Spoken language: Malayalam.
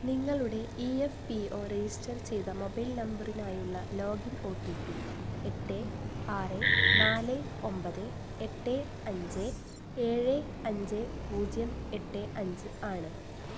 നിങ്ങളുടെ ഇഎഫ്പിഒ രജിസ്റ്റർ ചെയ്ത മൊബൈൽ നമ്പറിനായുള്ള ലോഗിൻ ഒ ട്ടി പി എട്ട് ആറ് നാല് ഒമ്പത് എട്ട് അഞ്ച് ഏഴ് അഞ്ച് പൂജ്യം എട്ട് അഞ്ച് ആണ്